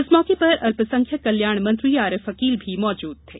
इस मौके पर अल्पसंख्यक कल्याण मंत्री आरिफ अकील भी मौजूद थे